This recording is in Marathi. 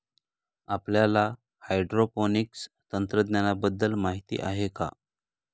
आपल्याला हायड्रोपोनिक्स तंत्रज्ञानाबद्दल माहिती आहे का?